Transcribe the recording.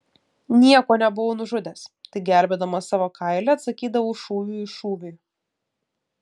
nieko nebuvau nužudęs tik gelbėdamas savo kailį atsakydavau šūviu į šūvį